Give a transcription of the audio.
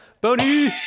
Bony